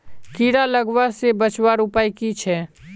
कीड़ा लगवा से बचवार उपाय की छे?